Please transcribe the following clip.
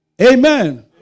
Amen